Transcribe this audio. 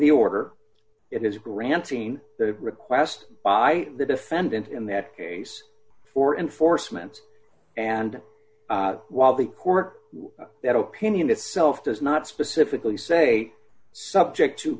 the order it is granting the request by the defendant in that case for enforcement and while the court that opinion itself does not specifically say subject to